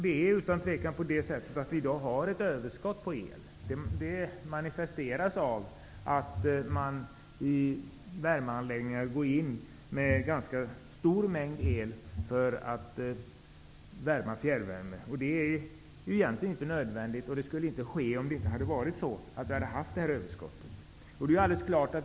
Det är utan tvivel på det sättet att vi i dag har ett överskott på el. Det manifesteras av att man i värmeanläggningar går in med en ganska stor mängd el för att få fram fjärrvärme. Det är egentligen inte nödvändigt, och det skulle inte ske om vi inte hade haft ett överskott.